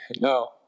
No